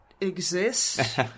exist